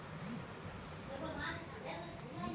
এ বিন্দু সি লম্বর মালে হছে কল ব্যাংকের গেরাহকের একাউল্ট লম্বর